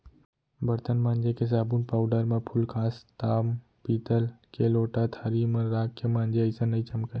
बरतन मांजे के साबुन पाउडर म फूलकांस, ताम पीतल के लोटा थारी मन राख के मांजे असन नइ चमकय